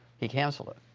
he canceled it.